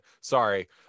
Sorry